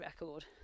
record